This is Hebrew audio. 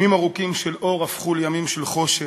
ימים ארוכים של אור הפכו לימים של חושך,